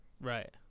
Right